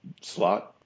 slot